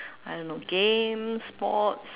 I don't know games sports